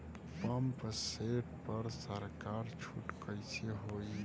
Pump set पर सरकार छूट कईसे होई?